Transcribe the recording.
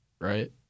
right